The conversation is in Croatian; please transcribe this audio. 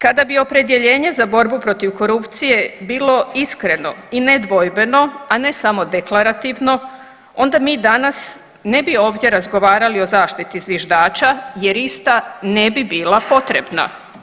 Kada bi opredjeljenje za borbu protiv korupcije bilo iskreno i nedvojbeno, a ne samo deklarativno onda mi danas ne bi ovdje razgovarali o zaštiti zviždača jer ista ne bi bila potrebna.